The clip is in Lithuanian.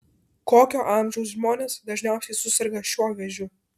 kokio amžiaus žmonės dažniausiai suserga šiuo vėžiu